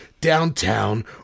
downtown